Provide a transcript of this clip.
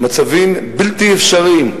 מצבים בלתי אפשריים,